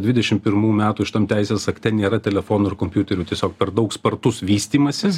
dvidešim pirmų metų šitam teisės akte nėra telefonų ir kompiuterių tiesiog per daug spartus vystymasis